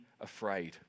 afraid